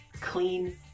clean